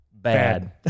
Bad